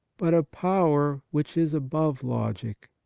but a power which is above logic,